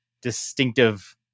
distinctive